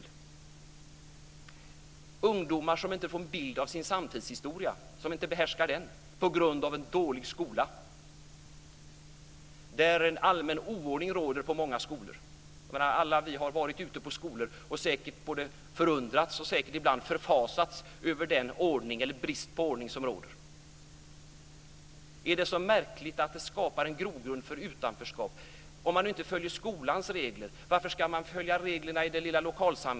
Det finns ungdomar som inte får en bild av sin samtidshistoria, som inte behärskar den, på grund av en dålig skola. Det råder en allmän oordning på många skolor. Alla vi har varit ute på skolor och säkert både förundrats och ibland förfasats över den brist på ordning som råder.